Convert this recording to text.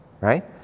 Right